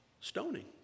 Stoning